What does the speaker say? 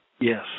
Yes